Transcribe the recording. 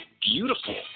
beautiful